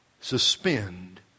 suspend